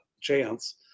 chance